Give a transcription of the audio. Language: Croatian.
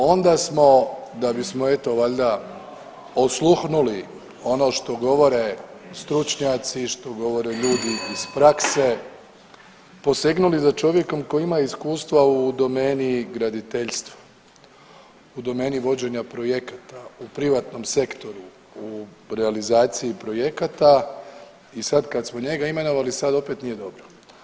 Onda smo da bismo eto valjda osluhnuli ono što govore stručnjaci i što govore ljudi iz prakse posegnuli za čovjekom koji ima iskustva u domeni graditeljstva, u domeni vođenja projekta, u privatnom sektoru, u realizaciji projekata i sad kad smo njega imenovali sa opet nije dobro.